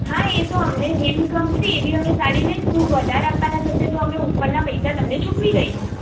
હા એ તો અમને જેવી ગમશે એવી અમે સાડી લઈશું વધારે આપવાના થશે તો અમે ઉપરના પૈસા તમને ચૂકવી દઈશું